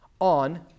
on